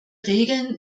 regeln